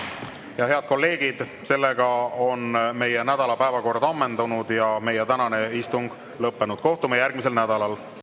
kolleegid, sellega on meie nädala päevakord ammendunud ja meie tänane istung lõppenud. Kohtume järgmisel nädalal.